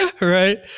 Right